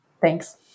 Thanks